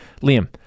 Liam